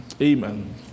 Amen